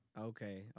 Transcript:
Okay